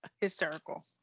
hysterical